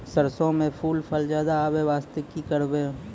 सरसों म फूल फल ज्यादा आबै बास्ते कि करबै?